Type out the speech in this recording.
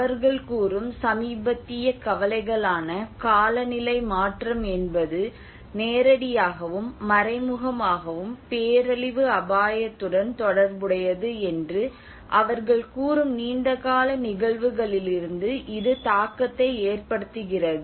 அவர்கள் கூறும் சமீபத்திய கவலைகள் ஆன காலநிலை மாற்றம் என்பது நேரடியாகவும் மறைமுகமாகவும் பேரழிவு அபாயத்துடன் தொடர்புடையது என்று அவர்கள் கூறும் நீண்டகால நிகழ்வுகளிலிருந்து இது தாக்கத்தை ஏற்படுத்துகிறது